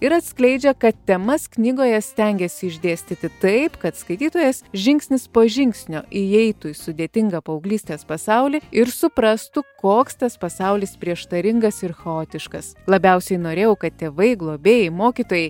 ir atskleidžia kad temas knygoje stengėsi išdėstyti taip kad skaitytojas žingsnis po žingsnio įeitų į sudėtingą paauglystės pasaulį ir suprastų koks tas pasaulis prieštaringas ir chaotiškas labiausiai norėjau kad tėvai globėjai mokytojai